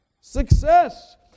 Success